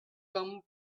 come